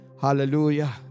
Hallelujah